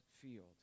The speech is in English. field